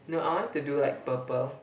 no I want to do like purple